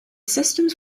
systems